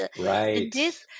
Right